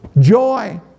joy